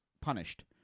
punished